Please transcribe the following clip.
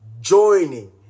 joining